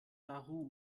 nauru